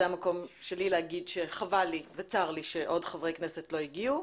זה המקום שלי לומר שחבל לי וצר לי שעוד חברי כנסת לא הגיעו.